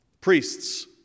Priests